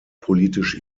politisch